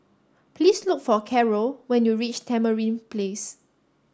please look for Carrol when you reach Tamarind Place